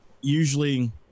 usually